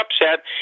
upset